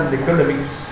economics